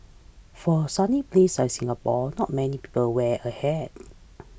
for a sunny place like Singapore not many people wear a hat